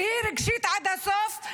שהיא רגשית עד הסוף,